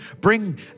bring